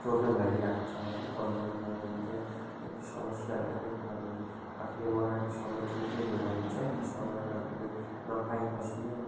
problem लागिरहेको छ होइन अनलाइन मगाउन चाहिँ अलिक समस्या लाग्यो किनभने आफूले मगाएको सामान जुन चाहिँ हेरेको हुन्छ त्यो सामान आफूले नपाए पछि